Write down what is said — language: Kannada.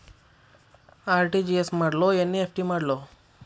ಆರ್.ಟಿ.ಜಿ.ಎಸ್ ಮಾಡ್ಲೊ ಎನ್.ಇ.ಎಫ್.ಟಿ ಮಾಡ್ಲೊ?